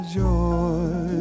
joy